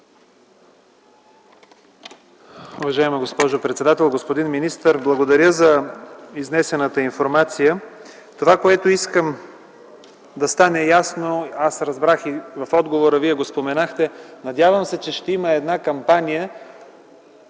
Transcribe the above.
Уважаема госпожо председател! Господин министър, благодаря за изнесената информация. Това, което искам да стане ясно, а и в отговора Вие го споменахте – надявам се, че ще има кампания,